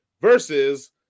versus